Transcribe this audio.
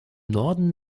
norden